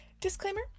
disclaimer